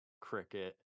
cricket